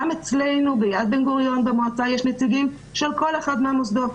גם אצלנו ביד בן-גוריון במועצה יש נציגים של כל אחד מהמוסדות.